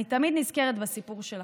אני תמיד נזכרת בסיפור שלכם,